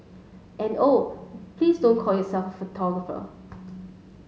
and oh please don't call yourself a photographer